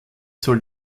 soll